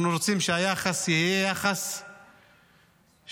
אנחנו רוצים שהיחס יהיה יחס שווה,